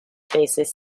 basis